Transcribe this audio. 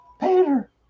Peter